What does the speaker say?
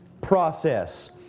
process